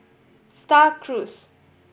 Star Cruise